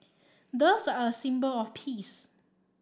doves are a symbol of peace